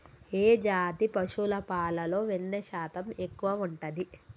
ఏ జాతి పశువుల పాలలో వెన్నె శాతం ఎక్కువ ఉంటది?